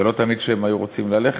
ולא תמיד לאלה שהם היו רוצים ללכת.